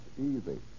easy